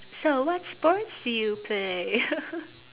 so what sports do you play